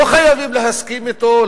לא חייבים להסכים אתו,